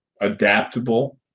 adaptable